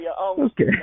Okay